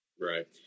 Right